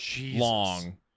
long